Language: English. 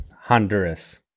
Honduras